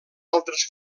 altres